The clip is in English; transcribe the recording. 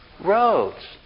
Roads